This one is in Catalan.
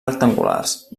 rectangulars